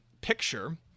picture